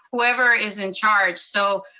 whoever is in charge. so